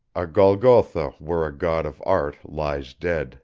a golgotha where a god of art lies dead